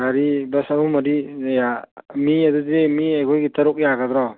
ꯒꯥꯔꯤ ꯕꯁ ꯑꯍꯨꯝ ꯃꯔꯤꯅ ꯃꯤ ꯑꯗꯨꯗꯤ ꯃꯤ ꯑꯩꯈꯣꯏꯒꯤ ꯇꯔꯨꯛ ꯌꯥꯒꯗ꯭ꯔꯣ